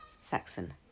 Saxon